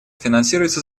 финансируется